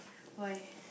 why